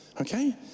okay